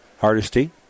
Hardesty